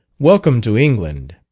welcome to england.